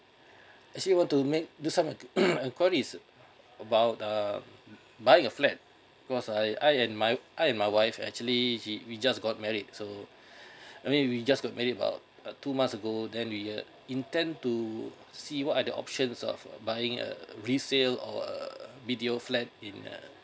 actually want to make do some inq~ inquiries mm about uh buying a flat cause I I and my I my wife actually we we just got married so I mean we just got married about uh two months ago then we uh intent to see what are the options of buying uh resale or uh B_T_O flat in uh